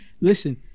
listen